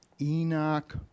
Enoch